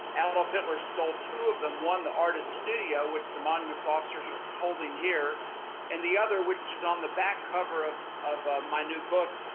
adolf hitler stole two of them, one the artist's studio which the monuments officers are holding here and the other which is on the back cover of of my new book,